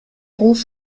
ruf